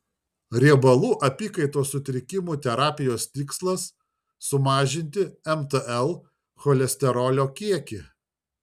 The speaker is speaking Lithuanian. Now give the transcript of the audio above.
riebalų apykaitos sutrikimų terapijos tikslas sumažinti mtl cholesterolio kiekį